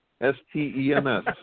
S-T-E-M-S